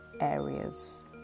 areas